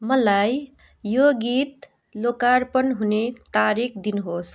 मलाई यो गीत लोकार्पण हुने तारिक दिनुहोस्